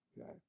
Okay